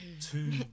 two